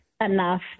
enough